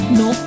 no